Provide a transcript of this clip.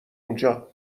اونجا